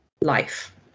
life